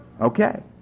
Okay